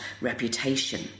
reputation